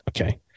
Okay